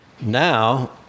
Now